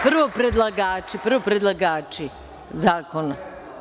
Prvo predlagači, prvo predlagači zakona.